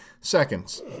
seconds